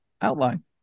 outline